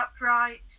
upright